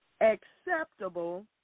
acceptable